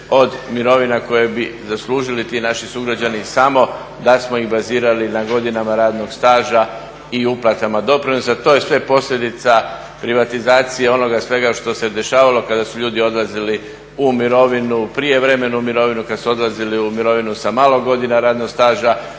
od mirovina koje bi zaslužili ti naši sugrađani samo da smo ih bazirali na godinama radnog staža i uplatama doprinosa. To je sve posljedica privatizacije onoga svega što se dešavalo kada su ljudi odlazili u mirovinu, prije vremenu mirovinu, kad su odlazili u mirovinu sa malo godina radnog staža,